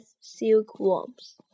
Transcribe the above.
Silkworms